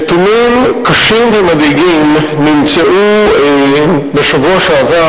נתונים קשים ומדאיגים נמצאו בשבוע שעבר